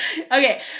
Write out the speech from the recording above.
Okay